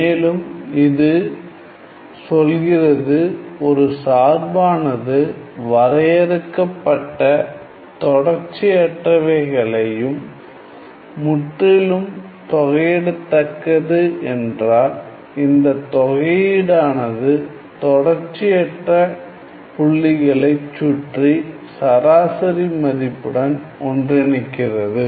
மேலும் இது சொல்கிறதுஒரு சார்பானது வரையறுக்கப்பட்ட தொடர்ச்சியற்றவைகளையும் முற்றிலும் தொகையிடத்தக்கது என்றால் இந்தத் தொகையீடானது தொடர்ச்சியற்ற புள்ளிகளை சுற்றி சராசரி மதிப்புடன் ஒன்றிணைக்கிறது